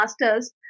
masters